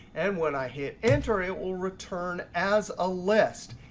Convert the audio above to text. and when i hit enter, it will return as a list.